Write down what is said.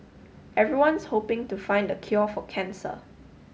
everyone's hoping to find the cure for cancer